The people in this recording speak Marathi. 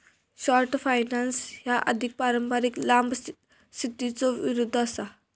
शॉर्ट फायनान्स ह्या अधिक पारंपारिक लांब स्थितीच्यो विरुद्ध असा